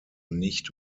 nicht